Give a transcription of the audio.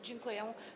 Dziękuję.